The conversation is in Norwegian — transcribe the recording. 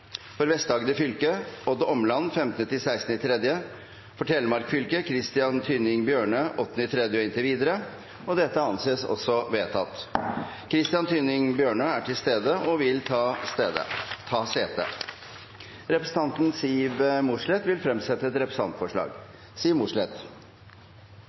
For Vest-Agder fylke: Odd Omland 15.–16. mars For Telemark fylke: Christian Tynning Bjørnø 8. mars og inntil videre Christian Tynning Bjørnø er til stede og vil ta sete. Representanten Siv Mossleth vil fremsette et